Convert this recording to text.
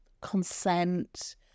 consent